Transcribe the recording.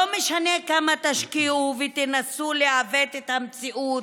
לא משנה כמה תשקיע ותנסו לעוות את המציאות,